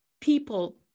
people